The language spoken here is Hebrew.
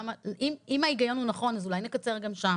אם ההיגיון הוא נכון אז אולי נקצר גם שם?